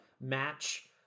match